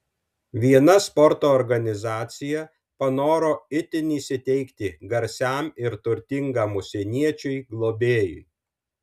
viena sporto organizacija panoro itin įsiteikti garsiam ir turtingam užsieniečiui globėjui